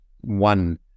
one